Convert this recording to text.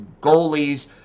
goalies